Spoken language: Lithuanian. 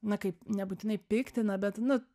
na kaip nebūtinai piktina bet nu